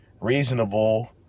reasonable